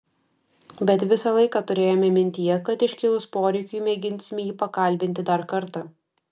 bet visą laiką turėjome mintyje kad iškilus poreikiui mėginsime jį pakalbinti dar kartą